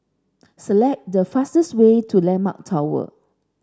select the fastest way to Landmark Tower